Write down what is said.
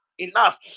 Enough